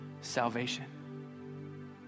salvation